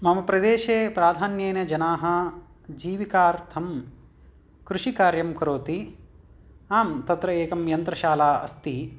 मम प्रदेशे प्रधान्येन जनाः जीविकार्थम् कृषिकार्यं करोति आम् तत्र एकं यन्त्रशाला अस्ति